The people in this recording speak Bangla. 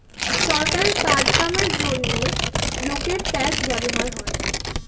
সরকারের কাজ কামের জন্যে লোকের ট্যাক্স ব্যবহার হয়